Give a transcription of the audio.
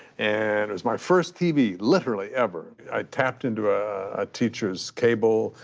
and it was my first tv literally ever, i tapped into a teacher's cable,